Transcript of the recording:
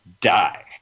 die